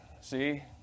See